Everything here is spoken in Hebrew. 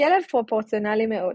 כלב פרופורציונלי מאוד.